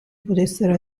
potessero